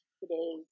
today